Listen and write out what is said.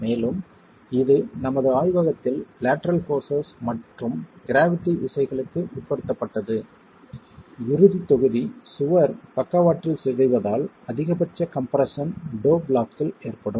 மேலும் இது நமது ஆய்வகத்தில் லேட்டரல் போர்ஸஸ் மற்றும் க்ராவிட்டி விசைகளுக்கு உட்படுத்தப்பட்டது இறுதித் தொகுதி சுவர் பக்கவாட்டில் சிதைவதால் அதிகபட்ச கம்ப்ரெஸ்ஸன் டோ பிளாக்கில் ஏற்படும்